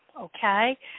okay